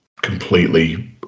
completely